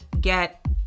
get